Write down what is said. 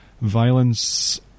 violence